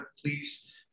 please